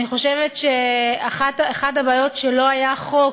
אני חושבת שאחת הבעיות היא שלא היה חוק,